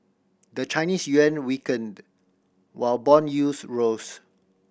the Chinese yuan weakened while bond yields rose